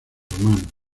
humanos